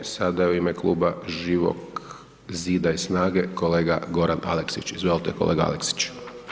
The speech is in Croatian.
Sada u ime kluba Živog Zida i SNAGA-e, kolega Goran Aleksić, izvolite kolega Aleksić.